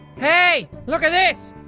hey look at this.